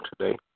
today